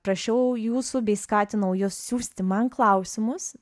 prašiau jūsų bei skatinau jus siųsti man klausimus